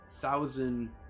thousand